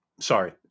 Sorry